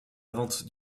vente